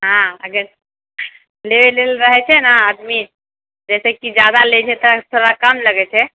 हँ अगर ले लैल रहै छै ने आदमी जैसे कि जादा लै छै तऽ थोरा कम लगै छै